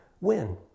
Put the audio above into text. win